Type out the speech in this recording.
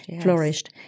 flourished